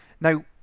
Now